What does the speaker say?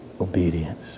obedience